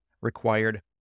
required